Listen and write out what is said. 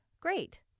Great